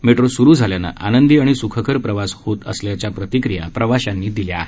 metro सुरु झाल्यानं आनंदी आणि सुखकर प्रवास होत असल्याच्या प्रतिक्रिया प्रवाशांनी दिल्या आहेत